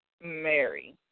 Mary